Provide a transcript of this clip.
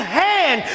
hand